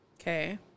Okay